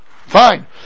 Fine